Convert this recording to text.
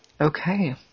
Okay